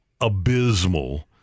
abysmal